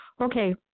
Okay